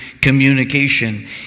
communication